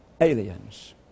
aliens